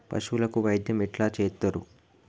పశువులకు వైద్యం ఎట్లా చేత్తరు?